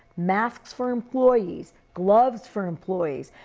masks for employees, gloves for employees,